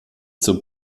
zur